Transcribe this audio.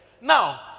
Now